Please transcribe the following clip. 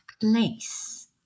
place